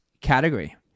category